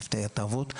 צוותי התערבות,